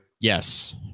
Yes